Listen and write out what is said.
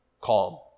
calm